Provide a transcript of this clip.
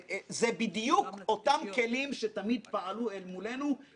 אני שותף לתמיהתו של חברי חבר הכנסת קיש,